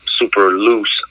super-loose